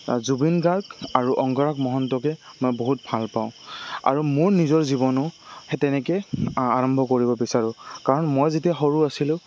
জুবিন গাৰ্গ আৰু অংগৰাগ মহন্তকে মই বহুত ভাল পাওঁ আৰু মোৰ নিজৰ জীৱনো সেই তেনেকে আৰম্ভ কৰিব বিচাৰোঁ কাৰণ মই যেতিয়া সৰু আছিলোঁ